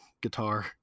guitar